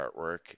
artwork